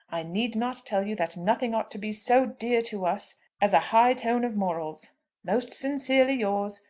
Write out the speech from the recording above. i need not tell you that nothing ought to be so dear to us as a high tone of morals most sincerely yours,